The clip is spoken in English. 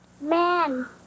Man